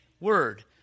word